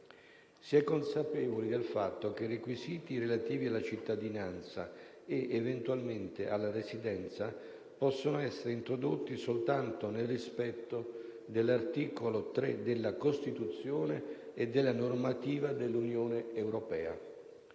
Si è consapevoli del fatto che i requisiti relativi alla cittadinanza, ed eventualmente alla residenza, possono essere introdotti soltanto nel rispetto dell'articolo 3 della Costituzione e della normativa dell'Unione europea.